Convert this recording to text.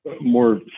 more